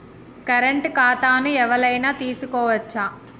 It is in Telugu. కరెంట్ ఖాతాను ఎవలైనా తీసుకోవచ్చా?